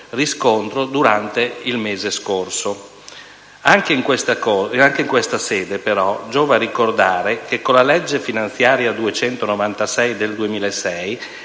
riscontro durante il mese scorso. Anche in questa sede, però, giova ricordare che con la legge finanziaria n. 296 del 2006